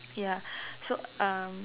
ya so uh